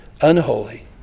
unholy